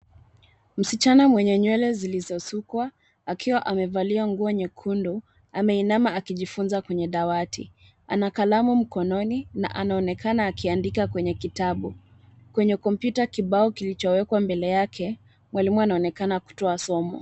Msichana mwenye nywele zilizosukwa akiwa amevalia nguo nyekundu ameinama akijifunza kwenye dawati. Ana kalamu mkononi na anaonekana akiandika kwenye kitabu. Kwenye kompyuta kibao kilichowekwa mbele yake, mwalimu anaonekana kutoa somo.